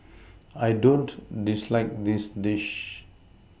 I don't dislike this dish